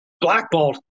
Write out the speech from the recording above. blackballed